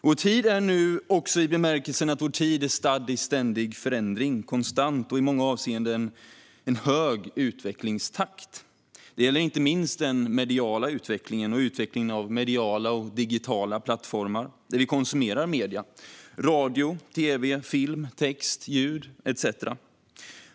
Vår tid är nu också i bemärkelsen att vår tid är stadd i en ständig, konstant, förändring och i många avseenden en hög utvecklingstakt. Det gäller inte minst den mediala utvecklingen och utvecklingen av mediala och digitala plattformar där vi konsumerar medier; radio, tv, film, text, ljud etcetera.